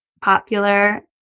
popular